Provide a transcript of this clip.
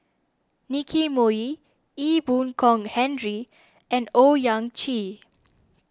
Nicky Moey Ee Boon Kong Henry and Owyang Chi